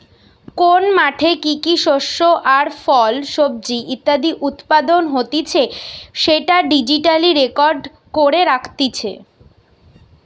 কোন মাঠে কি কি শস্য আর ফল, সবজি ইত্যাদি উৎপাদন হতিছে সেটা ডিজিটালি রেকর্ড করে রাখতিছে